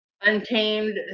untamed